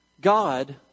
God